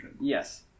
Yes